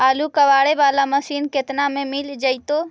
आलू कबाड़े बाला मशीन केतना में मिल जइतै?